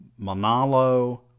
Manalo